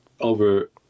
over